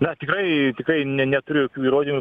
na tikrai tikrai ne neturiu jokių įrodymų